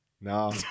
No